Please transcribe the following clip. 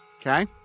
Okay